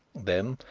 then,